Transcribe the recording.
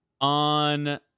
on